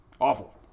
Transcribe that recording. Awful